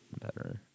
better